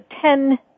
ten